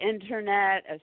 internet